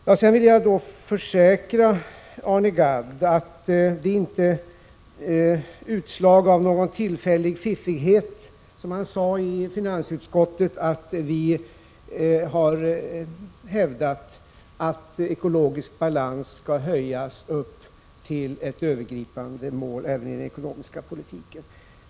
Jag vill försäkra Arne Gadd att det inte är ett utslag av någon tillfällig fiffighet, som han uttryckte det i finansutskottet, att vi har hävdat att ekologisk balans skall höjas upp till ett övergripande mål även i den ekonomiska politiken.